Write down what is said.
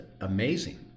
amazing